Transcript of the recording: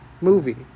movie